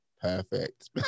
perfect